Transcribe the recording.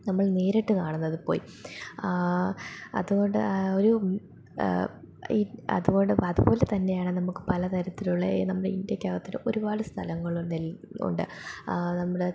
നമ്മൾ നേരിട്ടു കാണുന്നതു പോയി ആ അതുകൊണ്ട് ഒരു അതുകൊണ്ട് അതുപോലെ തന്നെയാണു നമുക്കു പലതരത്തിലുള്ള നമ്മുടെ ഇന്ത്യയ്ക്കകത്ത് ഈ ഒരുപാട് സ്ഥലങ്ങളുണ്ട് നമ്മുടെ